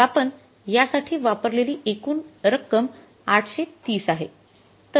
मग आपण या साठी वापरलेली एकूण रक्कम ८३० आहे